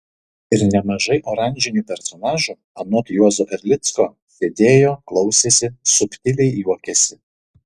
ir nemažai oranžinių personažų anot juozo erlicko sėdėjo klausėsi subtiliai juokėsi